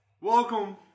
Welcome